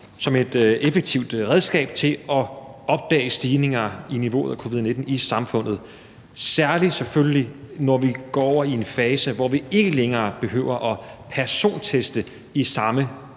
som et effektivt redskab til at opdage stigninger i niveauet af covid-19 i samfundet; selvfølgelig gælder det særlig, når vi går over i en fase, hvor vi ikke længere behøver at personteste i samme